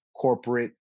corporate